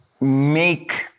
make